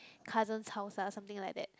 cousin house lah something like that